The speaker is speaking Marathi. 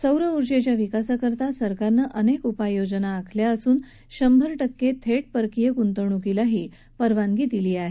सौर ऊर्जेच्या विकासासाठी सरकारनं अनेक उपाययोजना आखल्या असून शंभर टक्के थेट परकीय गुंतवणूकीलाही परवानगी दिली आहे